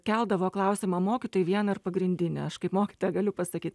keldavo klausimą mokytojai vieną ir pagrindinį aš kaip mokytoja galiu pasakyt